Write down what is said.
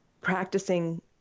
practicing